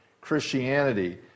Christianity